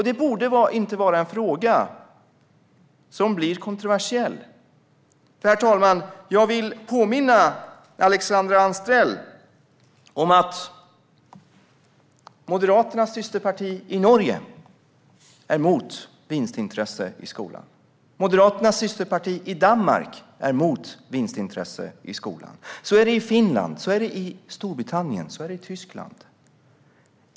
Det borde inte vara en fråga som blir kontroversiell. Herr talman! Jag vill påminna Alexandra Anstrell om att Moderaternas systerparti i Norge är emot vinstintresse i skolan. Moderaternas systerparti i Danmark är emot vinstintresse i skolan. Så är det i Finland, i Storbritannien och i Tyskland.